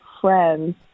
friends